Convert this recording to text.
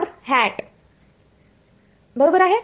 बरोबर आहे